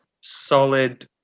Solid